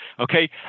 Okay